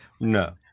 No